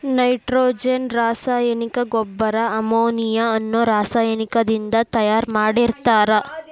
nitrogen ರಾಸಾಯನಿಕ ಗೊಬ್ಬರ ammonia ಅನ್ನೋ ರಾಸಾಯನಿಕದಿಂದ ತಯಾರ್ ಮಾಡಿರ್ತಾರ